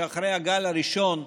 שאחרי הגל הראשון הוא,